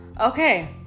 Okay